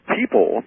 people